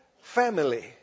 Family